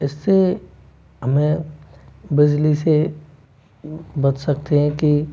इससे हमें बिजली से बच सकते है कि